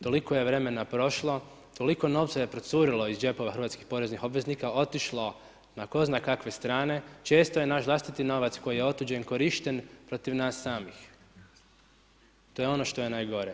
Toliko je vremena prošlo, toliko novca je procurilo iz džepova hrvatskih poreznih obveznika, otišlo na tko zna kakve strane, često je naš vlastiti novac koji je otuđen korišten protiv nas samih, to je ono što je najgore.